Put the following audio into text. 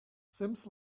seems